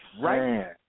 right